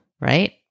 right